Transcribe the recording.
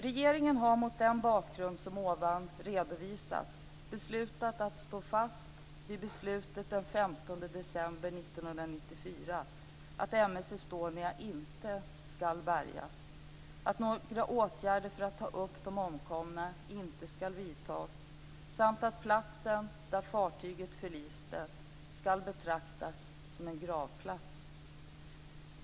Regeringen har mot den bakgrund som nu redovisats beslutat att stå fast vid beslutet den 15 december 1994, att M/S Estonia inte skall bärgas, att några åtgärder för att ta upp de omkomna inte skall vidtas samt att platsen där fartyget förliste skall betraktas som en gravplats.